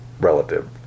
relative